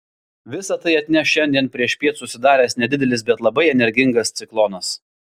visa tai atneš šiandien priešpiet susidaręs nedidelis bet labai energingas ciklonas